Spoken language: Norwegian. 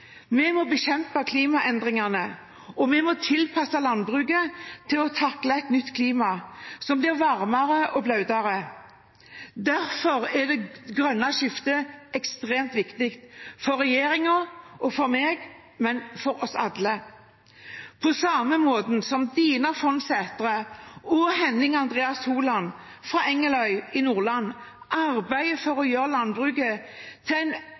Vi må bekjempe klimaendringene, og vi må tilpasse landbruket til å takle et nytt klima som blir varmere og våtere. Derfor er det grønne skiftet ekstremt viktig for regjeringen, for meg og for oss alle. På samme måte som Dina Fonn Sætre og Henning Andreas Holand fra Engeløya i Nordland arbeider for å gjøre landbruket til